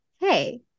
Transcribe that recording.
hey